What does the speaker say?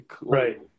Right